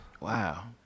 Wow